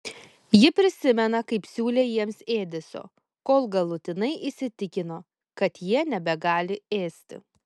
ji prisimena kaip siūlė jiems ėdesio kol galutinai įsitikino kad jie nebegali ėsti